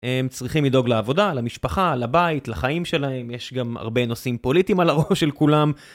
הם צריכים לדאוג לעבודה, למשפחה, לבית, לחיים שלהם, יש גם הרבה נושאים פוליטיים על הראש של כולם.